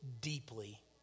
deeply